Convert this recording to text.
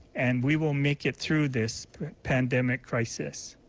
and we will make it through this pandemic crisis.